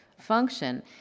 function